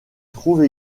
trouve